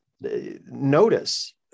notice